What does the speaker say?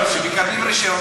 שמקבלים רישיון,